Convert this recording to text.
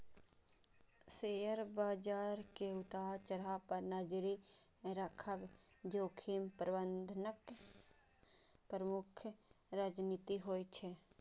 share बाजार के उतार चढ़ाव पर नजरि राखब जोखिम प्रबंधनक प्रमुख रणनीति होइ छै